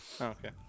okay